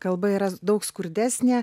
kalba yra daug skurdesnė